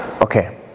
Okay